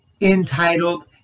entitled